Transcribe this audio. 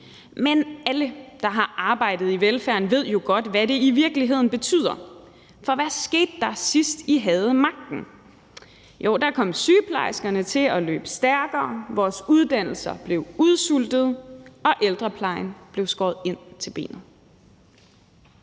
men alle, der har arbejdet i velfærden, ved jo godt, hvad det i virkeligheden betyder. For hvad skete der, sidst I havde magten? Jo, der kom sygeplejerskerne til at løbe stærkere, vores uddannelser blev udsultet, og ældreplejen blev skåret ind til benet.